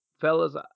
fellas